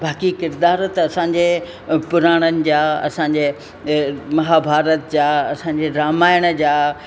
बाक़ी किरिदार त असांजे पुराणनि जा असांजे महाभारत जा असांजे रामायण जा